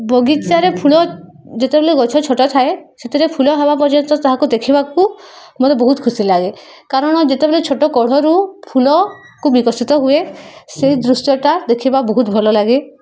ବଗିଚାରେ ଫୁଲ ଯେତେବେଳେ ଗଛ ଛୋଟ ଥାଏ ସେଥିରେ ଫୁଲ ହେବା ପର୍ଯ୍ୟନ୍ତ ତାହାକୁ ଦେଖିବାକୁ ମୋତେ ବହୁତ ଖୁସି ଲାଗେ କାରଣ ଯେତେବେଳେ ଛୋଟ କଢ଼ରୁ ଫୁଲକୁ ବିକଶିତ ହୁଏ ସେ ଦୃଶ୍ୟଟା ଦେଖିବା ବହୁତ ଭଲ ଲାଗେ